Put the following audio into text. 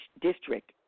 district